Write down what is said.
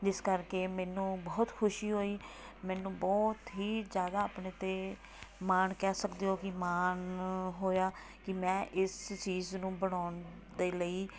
ਜਿਸ ਕਰਕੇ ਮੈਨੂੰ ਬਹੁਤ ਖੁਸ਼ੀ ਹੋਈ ਮੈਨੂੰ ਬਹੁਤ ਹੀ ਜ਼ਿਆਦਾ ਆਪਣੇ 'ਤੇ ਮਾਣ ਕਹਿ ਸਕਦੇ ਹੋ ਕਿ ਮਾਣ ਹੋਇਆ ਕਿ ਮੈਂ ਇਸ ਚੀਜ਼ ਨੂੰ ਬਣਾਉਣ ਦੇ ਲਈ